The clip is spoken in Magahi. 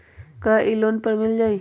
का इ लोन पर मिल जाइ?